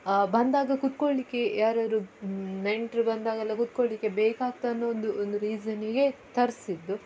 ಬಂದಾಗ ಕೂತ್ಕೊಳ್ಳಿಕ್ಕೆ ಯಾರಾದ್ರೂ ನೆಂಟರು ಬಂದಾಗ ಎಲ್ಲ ಕೂತ್ಕೊಳ್ಳಿಕ್ಕೆ ಬೇಕಾಗ್ತದನ್ನೋ ಒಂದು ಒಂದು ರೀಸನ್ನಿಗೆ ತರಿಸಿದ್ದು